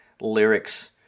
lyrics